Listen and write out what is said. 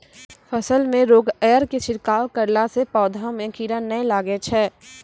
फसल मे रोगऽर के छिड़काव करला से पौधा मे कीड़ा नैय लागै छै?